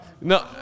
No